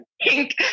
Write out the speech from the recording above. pink